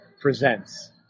presents